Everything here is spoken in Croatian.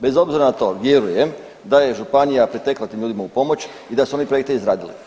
Bez obzira na to vjerujem da je županija pritekla tim ljudima u pomoć i da su oni projekt izradili.